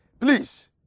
Please